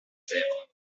sèvres